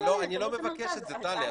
אבל אני לא מבקש את זה, טלי.